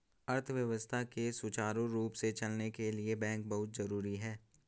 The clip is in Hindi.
अर्थव्यवस्था के सुचारु रूप से चलने के लिए बैंक बहुत जरुरी हैं